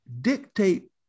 dictate